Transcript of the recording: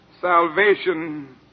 Salvation